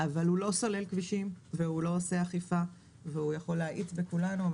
אבל הוא לא סולל כבישים והוא לא עושה אכיפה והוא יכול להאיץ בכולנו.